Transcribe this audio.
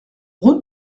route